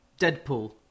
Deadpool